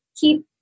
keep